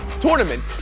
tournament